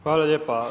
Hvala lijepa.